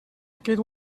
aquest